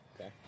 Okay